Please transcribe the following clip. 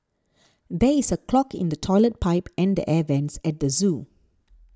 there is a clog in the Toilet Pipe and the Air Vents at the zoo